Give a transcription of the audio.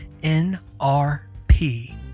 NRP